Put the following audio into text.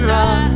run